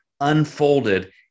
unfolded